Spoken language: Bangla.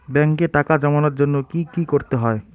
ব্যাংকে টাকা জমানোর জন্য কি কি করতে হয়?